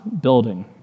building